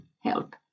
help